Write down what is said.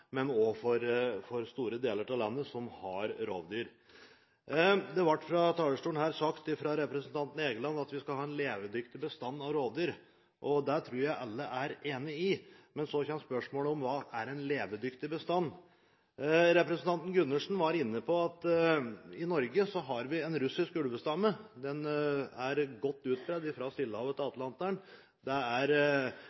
og den sørsamiske reindriften, men også for store deler av landet som har rovdyr. Det ble fra talerstolen her sagt av representanten Egeland at vi skal ha en levedyktig bestand av rovdyr, og det tror jeg alle er enige om. Men så kommer spørsmålet: Hva er en levedyktig bestand? Representanten Gundersen var inne på at vi i Norge har en russisk ulvestamme. Den er godt utbredt, fra Stillehavet til